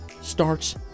starts